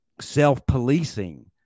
self-policing